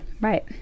Right